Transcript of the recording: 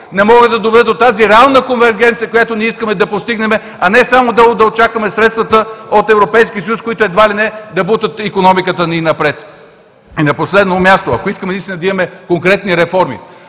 не могат да доведат до тази реална конвергенция, която ние искаме да постигнем, а не само да очакваме средствата от Европейския съюз, които едва ли не да бутат икономиката ни напред. И на последно място, ако искаме наистина да имаме конкретни реформи,